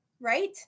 right